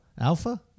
Alpha